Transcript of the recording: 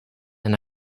and